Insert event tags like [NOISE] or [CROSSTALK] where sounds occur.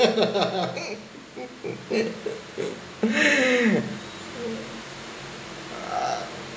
[LAUGHS] [NOISE]